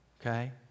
okay